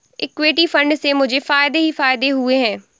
equity fund से मुझे फ़ायदे ही फ़ायदे हुए हैं